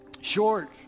short